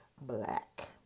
black